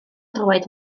droed